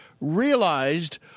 realized